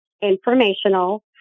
informational